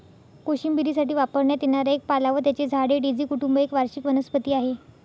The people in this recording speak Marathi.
कोशिंबिरीसाठी वापरण्यात येणारा एक पाला व त्याचे झाड हे डेझी कुटुंब एक वार्षिक वनस्पती आहे